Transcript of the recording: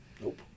Nope